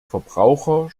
verbraucher